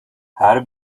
her